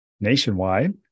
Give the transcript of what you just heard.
Nationwide